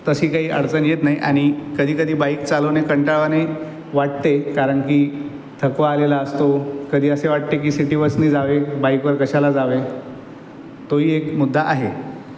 तशी काही अडचण येत नाही आणि कधीकधी बाईक चालवणे कंटाळवाणे वाटते कारण की थकवा आलेला असतो कधी असे वाटते की सिटी बसने जावे बाईकवर कशाला जावे तोही एक मुद्दा आहे